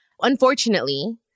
Unfortunately